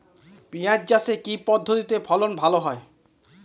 পিঁয়াজ চাষে কি পদ্ধতিতে ফলন ভালো হয়?